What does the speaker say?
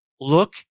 look